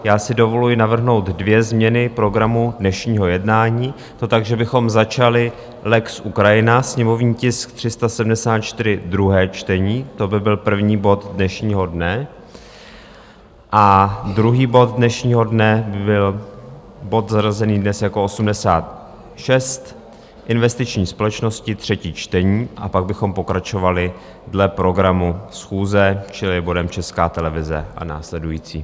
Já si dovoluji navrhnout dvě změny programu dnešního jednání, to tak, že bychom začali lex Ukrajina, sněmovní tisk 374, druhé čtení to by byl první bod dnešního dne, a druhý bod dnešního dne by byl bod zařazený dnes jako 86, investiční společnosti, třetí čtení, a pak bychom pokračovali dle programu schůze, čili bodem Česká televize a následující.